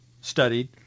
studied